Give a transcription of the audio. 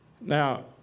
Now